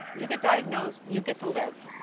you get diagnosed, you get to live.